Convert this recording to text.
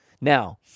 Now